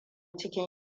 cikin